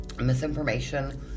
misinformation